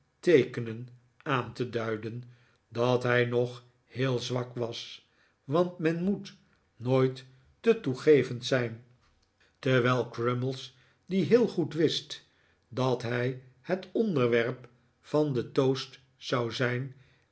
teekenen aan te duiden dat hij nog heel zwak was want men moet nooit te toegevend zijn terwijl crummies die heel goed wist dat hij het onderwerp van den toast zou zijn